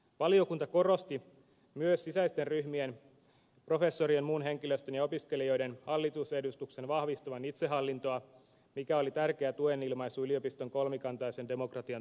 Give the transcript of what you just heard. valiokunta korosti myös sisäisten ryhmien professorien muun henkilöstön ja opiskelijoiden hallitusedustuksen vahvistavan itsehallintoa mikä oli tärkeä tuenilmaisu yliopiston kolmikantaisen demokratian tulevaisuudelle